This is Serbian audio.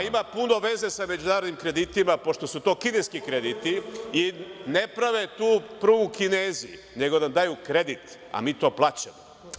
a ima puno veze sa međunarodnim kreditima, pošto su to kineski krediti i ne prave tu prugu Kinezi, nego nam daju kredit, a mi to plaćamo.